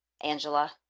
Angela